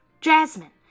Jasmine